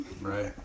Right